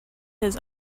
his